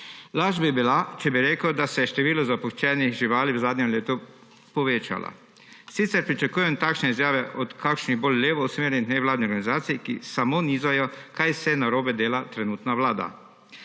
Laž bi bila, če bi rekel, da se je število zapuščenih živali v zadnjem letu povečalo. Sicer pričakujem takšne izjave od kakšnih bolj levo usmerjenih nevladnih organizacij, ki samo nizajo, kaj vse narobe dela trenutna vlada.